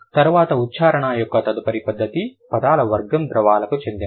తరువాత ఉచ్చారణ యొక్క తదుపరి పద్ధతి పదాల వర్గం ద్రవాలకు చెందినది